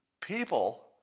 people